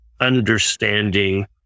understanding